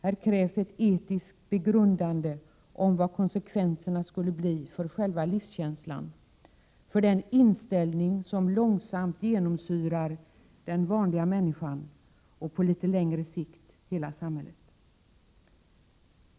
Då krävs det ett etiskt begrundande om vad konsekvenserna skulle bli för själva livskänslan och för den inställning som långsamt genomsyrar den vanliga människan och på litet längre sikt hela samhället.